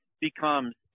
becomes